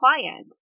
client